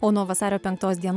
o nuo vasario penktos dienos